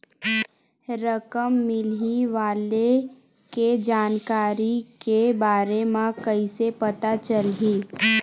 रकम मिलही वाले के जानकारी के बारे मा कइसे पता चलही?